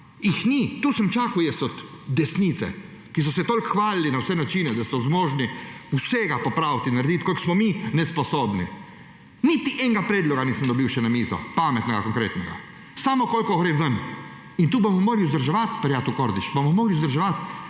Jih ni. To sem čakal jaz od desnice, ki so se toliko hvalili na vse načine, da so zmožni vse popraviti in narediti; koliko smo mi nesposobni. Niti enega predloga nisem dobil še na mizo, pametnega, konkretnega. Samo koliko gre ven. In to bomo morali vzdrževati, prijatelj Kordiš, bomo morali vzdrževati,